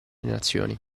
nazioni